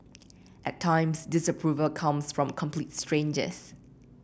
at times disapproval comes from complete strangers